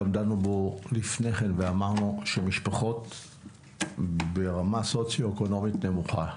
גם דנו בו לפני כן ואמרנו שמשפחות ברמה סוציו-אקונומית נמוכה,